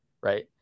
right